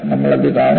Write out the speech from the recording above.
നമ്മൾ അത് കാണും